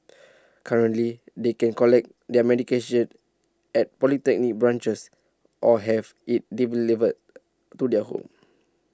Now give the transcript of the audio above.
currently they can collect their medication at polyclinic branches or have IT delivered to their home